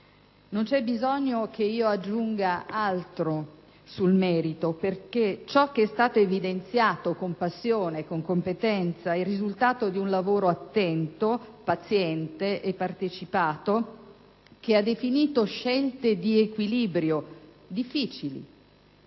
Non c'è bisogno che aggiunga altro sul merito, perché ciò che è stato evidenziato con passione e competenza è il risultato di un lavoro attento, paziente e partecipato che ha definito scelte di equilibrio difficili,